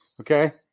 Okay